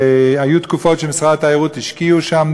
והיו תקופות שמשרד התיירות השקיע שם,